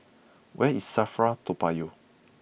where is Safra Toa Payoh